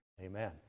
Amen